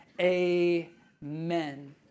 Amen